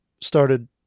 started